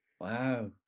Wow